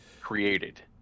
created